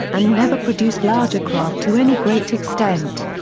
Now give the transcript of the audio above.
and never produced larger craft to any great extent.